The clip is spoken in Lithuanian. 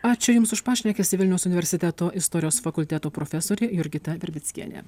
ačiū jums už pašnekesį vilniaus universiteto istorijos fakulteto profesorė jurgita verbickienė